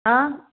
हां